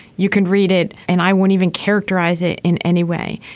you can read it and i won't even characterize it in any way.